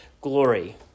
glory